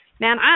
man